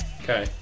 Okay